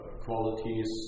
Qualities